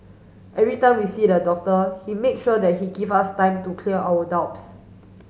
every time we see the doctor he make sure that he give us time to clear our doubts